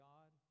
God